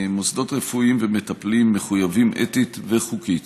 מוסדות רפואיים ומטפלים מחויבים אתית וחוקית